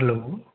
hello